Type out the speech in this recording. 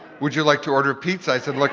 would you like to order a pizza? i said. like